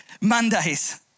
Mondays